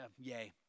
yay